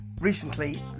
recently